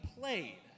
played